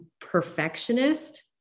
perfectionist